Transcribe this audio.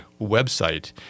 website